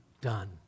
done